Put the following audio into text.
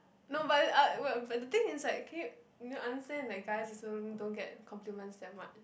no but I will but the thing is like can understand like guys also don't get compliment that much